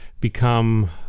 become